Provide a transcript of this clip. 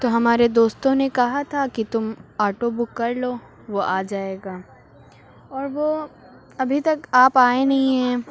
تو ہمارے دوستوں نے کہا تھا کہ تم آٹو بک کر لو وہ آ جائے گا اور وہ ابھی تک آپ آئے نہیں ہیں